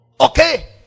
Okay